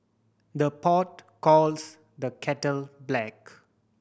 the pot calls the kettle black